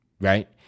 right